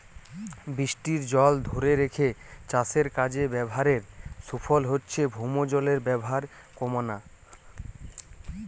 বৃষ্টির জল ধোরে রেখে চাষের কাজে ব্যাভারের সুফল হচ্ছে ভৌমজলের ব্যাভার কোমানা